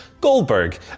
Goldberg